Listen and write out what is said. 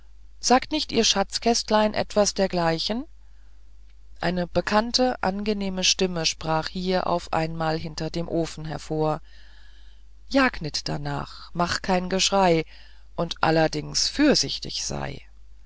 sagt nicht ihr schatzkästlein etwas dergleichen eine bekannte angenehme stimme sprach hier auf einmal hinter dem ofen hervor jag nit darnach mach kein geschrei und allerdings fürsichtig sei